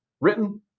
written